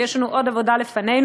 ויש לנו עוד עבודה לפנינו.